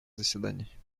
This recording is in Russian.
заседаний